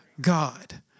God